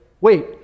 wait